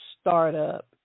startup